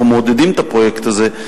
אנחנו מעודדים את הפרויקט הזה,